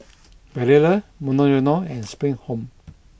Barilla Monoyono and Spring Home